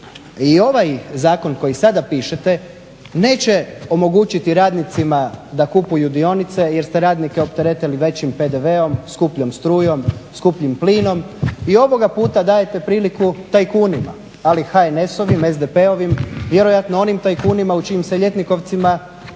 i ovaj zakon koji sada pišete neće omogućiti radnicima da kupuju dionice jer ste radnike opteretili većim PDV-om, skupljom strujom, skupljim plinom i ovoga puta dajete priliku tajkunima, ali HNS-ovim, SDP-ovim vjerojatno onim tajkunima u čijim se ljetnikovcima ljetuje